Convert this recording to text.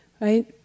right